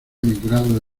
emigrado